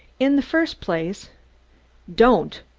in the first place don't!